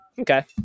Okay